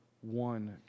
one